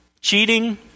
cheating